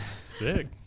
sick